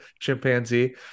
chimpanzee